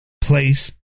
place